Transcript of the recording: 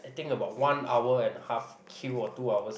I think about one hour and a half queue or two hours